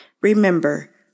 Remember